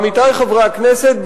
עמיתי חברי הכנסת,